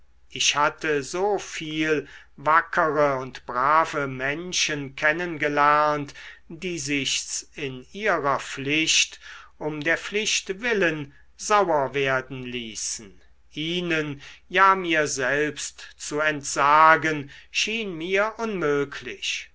ich hatte so viel wackere und brave menschen kennen gelernt die sich's in ihrer pflicht um der pflicht willen sauer werden ließen ihnen ja mir selbst zu entsagen schien mir unmöglich